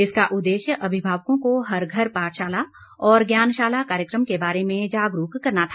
इसका उद्देश्य अभिभावकों को हर घर पाठशाला और ज्ञानशाला कार्यक्रम के बारे में जागरूक करना था